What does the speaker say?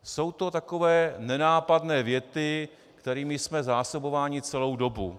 Jsou to takové nenápadné věty, kterými jsme zásobováni celou dobu.